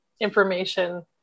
information